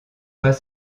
pas